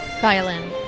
Violin